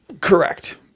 Correct